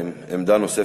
עמדה נוספת,